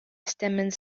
stamens